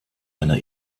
einer